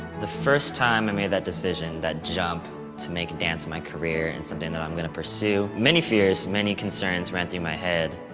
the first time i made that decision, that jump to make dance my career and something i'm gonna pursue, many fears, many concerns ran through my head.